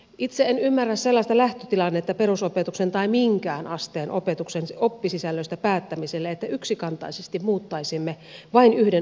itse en ymmärrä sellaista lähtötilannetta perusopetuksen tai minkään asteen opetuksen op pisisällöistä päättämiselle että yksikantaisesti muuttaisimme vain yhden oppiaineen osuutta